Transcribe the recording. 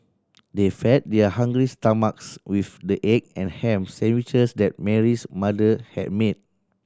they fed their hungry stomachs with the egg and ham sandwiches that Mary's mother had made